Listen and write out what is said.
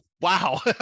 wow